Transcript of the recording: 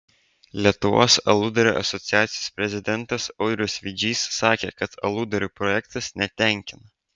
lietuvos aludarių asociacijos prezidentas audrius vidžys sakė kad aludarių projektas netenkina